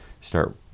start